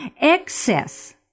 Excess